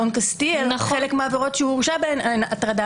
אלון קסטיאל חלק מהעבירות שהוא הורשע בהן הן הטרדה